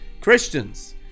Christians